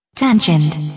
Tangent